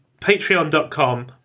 patreon.com